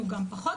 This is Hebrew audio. היה לנו גם פחות,